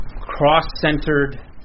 cross-centered